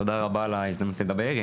תודה רבה על ההזדמנות לדבר,